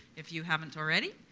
if you haven't already,